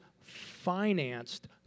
financed